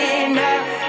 enough